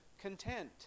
content